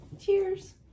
Cheers